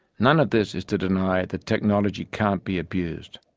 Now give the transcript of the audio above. none of this is to deny that technology can't be abused.